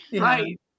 Right